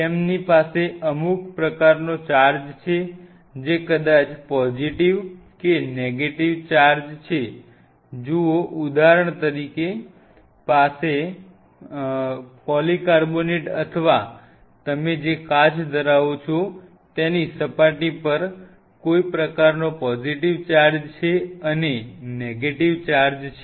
તેમની પાસે અમુક પ્રકારનો ચાર્જ છે જે કદાચ પોઝિટીવ કે નેગેટીવ ચાર્જ જુઓ ઉદાહરણ તરીકે પાસે પોલીકાર્બોનેટ અથવા તમે જે કાચ ધરાવો છો તેની સપાટી પર કોઈ પ્રકારનો પોઝિટીવ ચાર્જ છે અને નેગેટીવ ચાર્જ છે